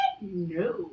No